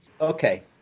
Okay